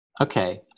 Okay